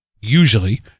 usually